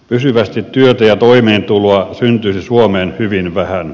pysyvästi työtä ja toimeentuloa syntyisi suomeen hyvin vähän